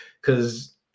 Cause